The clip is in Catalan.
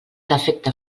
defecte